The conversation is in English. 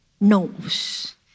knows